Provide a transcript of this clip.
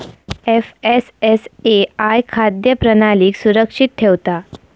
FSSAI खाद्य प्रणालीक सुरक्षित ठेवता